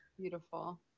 beautiful